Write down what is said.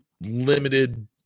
limited